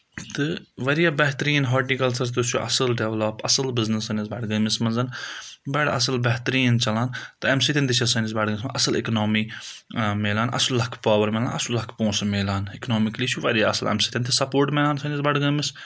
تہٕ واریاہ بہتریٖن ہاٹِکَلچَر تہِ چھُ اَصٕل ڈؠولَپ اَصٕل بِزنِس سٲنِس بَڈگٲمِس مَنٛز بَڑٕ اَصٕل بہتریٖن چَلان تہٕ اَمہِ سۭتۍ تہِ چھِ سٲنِس بَڑگٲمِس منٛز اَصٕل اِکنامی میلان اَصٕل لَکھ پاوَر میلان اَصٕل لَکھ پونٛسہٕ میلان اِکنامِکلی چھُ واریاہ اَصٕل اَمہِ سۭتۍ تہِ سَپوٹ میلان سٲنِس بَڈگٲمِس